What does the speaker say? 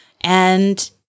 And-